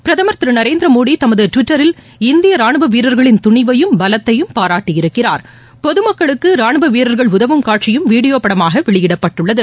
பிரதமர் திரு நரேந்திர மோடி தமது டுவிட்டரில் இந்திய ரானுவ வீரர்களின் துணிவையும் பலத்தையும் பாராட்டி இருக்கிறார் பொது மக்களுக்கு ராணுவ வீரர்கள் உதவும் காட்சியும் வீடியோ படமாக வெளியிடப்பட்டுள்ளது